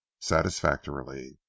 satisfactorily